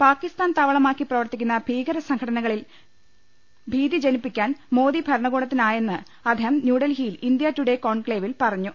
പാക്കിസ്ഥാൻ താവളമാക്കി പ്രവർത്തിക്കുന്ന ഭീകര സംഘ ടനകളിൽ ഭീതി ജനിപ്പിക്കാൻ മോദി ഭരണകൂടത്തിനായെന്ന് അദ്ദേഹം ന്യൂഡൽഹിയിൽ ഇന്ത്യ ടുഡെ കോൺക്ലേവിൽ പറ ഞ്ഞു